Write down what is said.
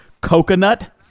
coconut